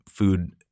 food